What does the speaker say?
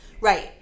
right